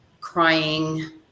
crying